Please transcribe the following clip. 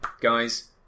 guys